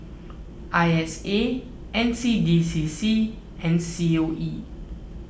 I S A N C D C C and C O E